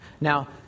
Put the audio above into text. Now